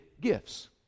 gifts